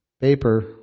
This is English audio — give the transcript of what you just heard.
paper